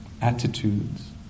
attitudes